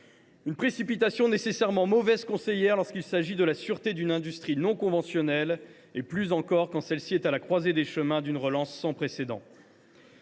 une précipitation nécessairement mauvaise conseillère lorsqu’il s’agit de la sûreté d’une industrie non conventionnelle, plus encore quand celle ci est à la croisée des chemins d’une relance sans précédent.